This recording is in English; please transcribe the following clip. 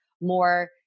more